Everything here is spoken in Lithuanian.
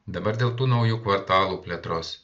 dabar dėl tų naujų kvartalų plėtros